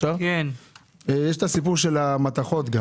את הסיפור של המתכות.